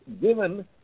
given